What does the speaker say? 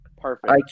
Perfect